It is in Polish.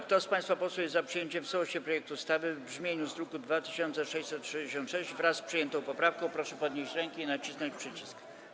Kto z państwa posłów jest za przyjęciem w całości projektu ustawy w brzmieniu z druku nr 2666, wraz z przyjętą poprawką, proszę podnieść rękę i nacisnąć przycisk.